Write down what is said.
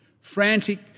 frantic